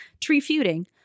Tree-feuding